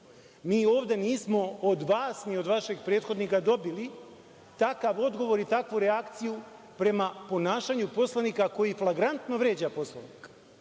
ovde nismo od vas ni od vašeg prethodnika dobili takav odgovor i takvu reakciju prema ponašanju poslanika koji flagrantno vređa Poslovnik.